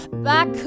Back